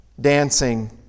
dancing